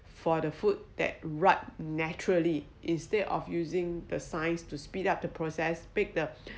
for the food that right naturally instead of using the science to speed up the process pick the